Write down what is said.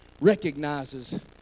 recognizes